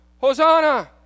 Hosanna